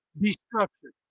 destruction